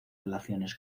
relaciones